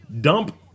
dump